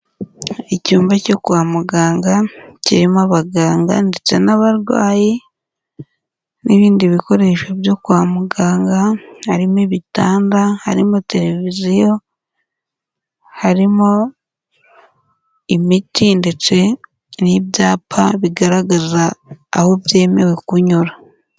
Icyumba cyo kwa muganga kirimo abaganga ndetse n'abarwayi n'ibindi bikoresho byo kwa muganga harimo ibitanda harimo televiziyo harimo imiti ndetse n'ibyapa bigaragaza aho byemewe kunyura.